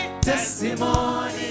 testimony